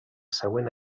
següent